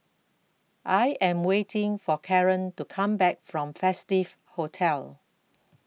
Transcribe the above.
I Am waiting For Caren to Come Back from Festive Hotel